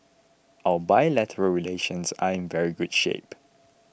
our bilateral relations are in very good shape